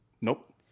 Nope